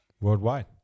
worldwide